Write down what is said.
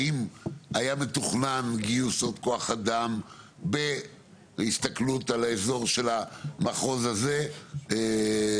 האם היה מתוכנן גיוס כוח אדם בהסתכלות על האזור של המחוז הזה בחיפה?